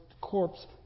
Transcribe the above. corpse